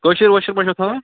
کٲشِر وٲشِر ما چھُو تھَوان